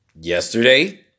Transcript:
yesterday